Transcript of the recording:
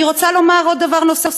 אני רוצה לומר דבר נוסף,